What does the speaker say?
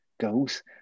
goes